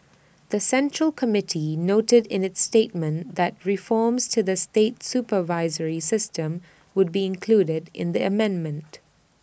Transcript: the central committee noted in its statement that reforms to the state supervisory system would be included in the amendment